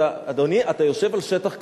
אדוני, אתה יושב על שטח כבוש.